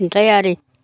नुथायारि